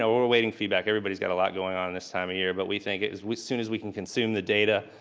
ah we're awaiting feedback. everybody's got a lot going on this time of year. but we think as soon as we can consume the data,